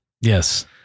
yes